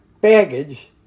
baggage